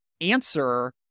answer